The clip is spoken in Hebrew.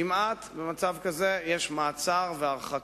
כמעט, במצב כזה יש מעצר והרחקה.